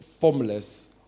formless